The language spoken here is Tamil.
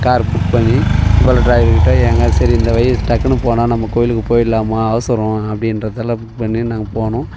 காரு புக் பண்ணி இதுபோல் டிரைவர்க்கிட்ட ஏங்க சரி இந்த வழி டக்குனு போனால் நம்ம கோவிலுக்கு போயிடலாமா அவசரம் அப்படின்றதால புக் பண்ணி நாங்கள் போனோம்